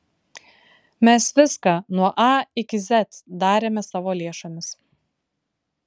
mes viską nuo a iki z darėme savo lėšomis